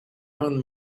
own